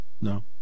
No